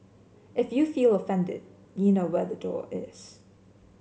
if you feel offended you know where the door is